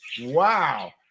wow